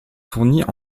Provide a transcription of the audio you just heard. fournit